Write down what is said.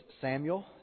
Samuel